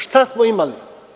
Šta smo imali?